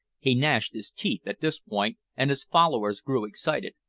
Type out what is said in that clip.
he gnashed his teeth at this point, and his followers grew excited.